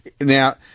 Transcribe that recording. Now